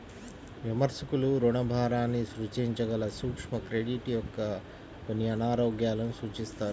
విమర్శకులు రుణభారాన్ని సృష్టించగల సూక్ష్మ క్రెడిట్ యొక్క కొన్ని అనారోగ్యాలను సూచిస్తారు